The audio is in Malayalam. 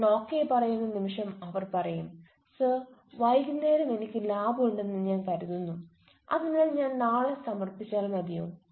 ഞാൻ ഒകെ പറയുന്ന നിമിഷം അവർ പറയും സർ വൈകുന്നേരം എനിക്ക് ലാബ് ഉണ്ടെന്ന് ഞാൻ കരുതുന്നു അതിനാൽ ഞാൻ നാളെ സമർപ്പിച്ചാൽ മതിയോ